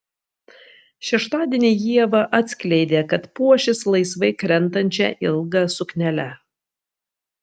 šeštadienį ieva atskleidė kad puošis laisvai krentančia ilga suknele